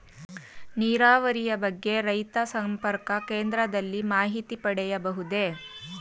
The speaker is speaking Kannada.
ನೀರಾವರಿಯ ಬಗ್ಗೆ ರೈತ ಸಂಪರ್ಕ ಕೇಂದ್ರದಲ್ಲಿ ಮಾಹಿತಿ ಪಡೆಯಬಹುದೇ?